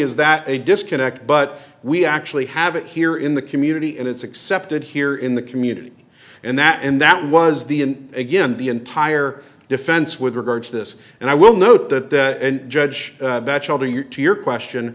is that a disconnect but we actually have it here in the community and it's accepted here in the community and that and that was the and again the entire defense with regard to this and i will note that and judge batchelder your to your question